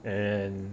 and